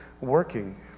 working